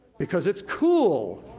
because it's cool,